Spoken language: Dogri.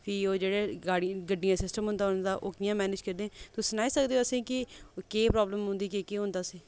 भी ओह् जेह्ड़े गड्डी दा सिस्टम होंदा उं'दा ओह् कि'यां मैनेज करदे तुस सनाई सकदे ओ असें गी कि केह् प्राब्लम होंदी केह् केह् होंदा